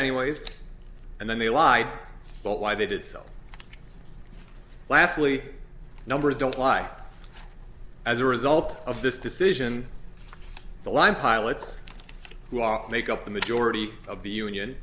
anyways and then they lied about why they did so lasley numbers don't lie as a result of this decision the line pilots who make up the majority of the union